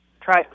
Try